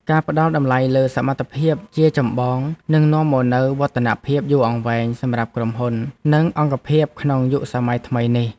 ការផ្តល់តម្លៃលើសមត្ថភាពជាចម្បងនឹងនាំមកនូវវឌ្ឍនភាពយូរអង្វែងសម្រាប់ក្រុមហ៊ុន និងអង្គភាពក្នុងយុគសម័យថ្មីនេះ។